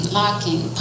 locking